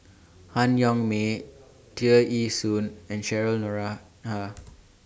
Han Yong May Tear Ee Soon and Cheryl Noronha